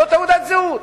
אותה תעודת זהות